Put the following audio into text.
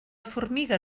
formiga